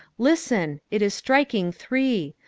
listen! it is striking three.